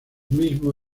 mismo